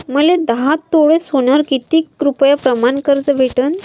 मले दहा तोळे सोन्यावर कितीक रुपया प्रमाण कर्ज भेटन?